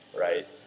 right